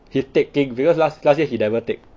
he's taking because last last year he never take